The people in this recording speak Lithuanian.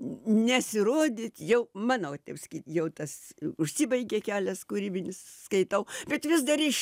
nesirodyt jau mano taip sakyt jau tas užsibaigė kelias kūrybinis skaitau bet vis dar iš